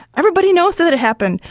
everybody knows that it happened,